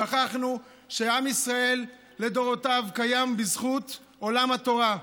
שכחנו שעם ישראל לדורותיו קיים בזכות עולם התורה,